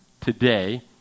today